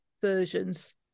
versions